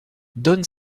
donne